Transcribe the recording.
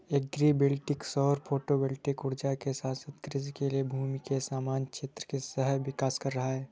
agree voltaic सौर photovoltaic ऊर्जा के साथ साथ कृषि के लिए भूमि के समान क्षेत्र का सह विकास कर रहा है